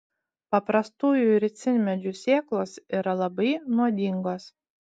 paprastųjų ricinmedžių sėklos yra labai nuodingos